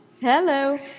Hello